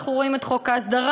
אנחנו רואים את חוק ההסדרה,